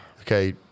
Okay